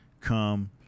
come